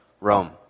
Rome